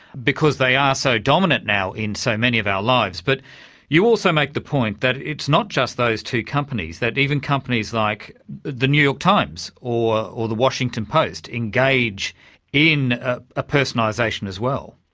because they are so dominant now in so many of our lives. but you also make the point that it's not just those two companies that even companies like the new york times or or the washington post engage in a personalisation as well.